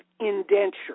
indenture